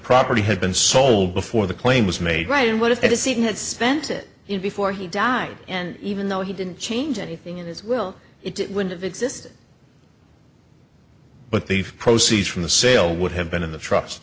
property had been sold before the claim was made right and what if the scene had spent it in before he died and even though he didn't change anything in his will it would've existed but they've proceeds from the sale would have been in the tru